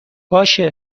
باشه